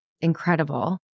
incredible